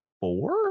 four